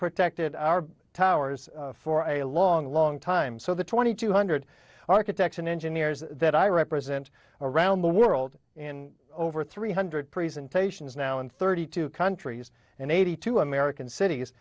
protected our towers for a long long time so the twenty two hundred architects and engineers that i represent around the world in over three hundred presentations now in thirty two countries and eighty two american cities